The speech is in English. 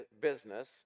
business